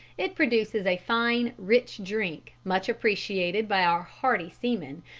it produces a fine rich drink much appreciated by our hardy seamen,